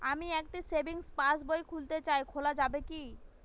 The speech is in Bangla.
আমি একটি সেভিংস পাসবই খুলতে চাই খোলা যাবে কি?